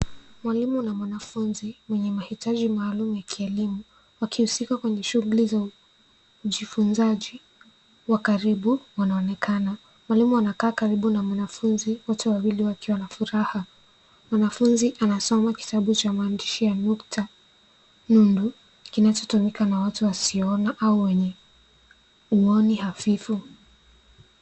Mwalimu na mwanafunzi mwenye mahitaji maalum ya kielimu wakihusika kwenye shughuli ya ujifunzaji wa karibu wanaonekana. Mwalimu anakaa karibu na mwanafunzi wote wawili wakiwa na furaha. Mwanafunzi anasoma kitabu cha maandishi ya nukta nundu kinachotumika na watu wasioona au wenye uoni hafifu.